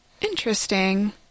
Interesting